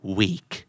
week